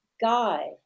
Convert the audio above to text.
Guy